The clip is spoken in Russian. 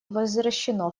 возвращено